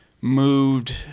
moved